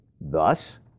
Thus